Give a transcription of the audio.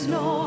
no